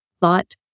thought